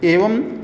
एवं